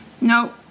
No